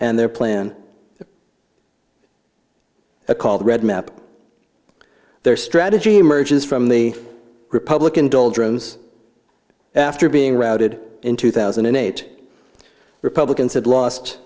and their plan a called red map their strategy emerges from the republican doldrums after being routed in two thousand and eight republicans had lost